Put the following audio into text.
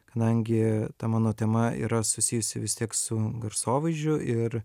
kadangi ta mano tema yra susijusi vis tiek su garsovaizdžiu ir